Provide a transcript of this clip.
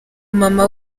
mama